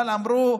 אבל אמרו: